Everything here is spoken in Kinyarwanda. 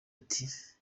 ati